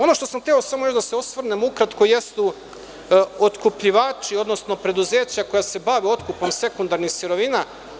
Ono što sam hteo samo još da se osvrnem ukratko jesu otkupljivači, odnosno preduzeća koja se bave otkupom sekundarnih sirovina.